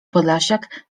podlasiak